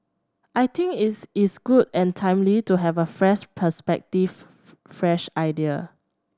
I think it is good and timely to have a fresh perspective fresh ideas